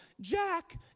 Jack